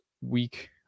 week